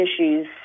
issues